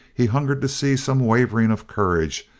he hungered to see some wavering of courage,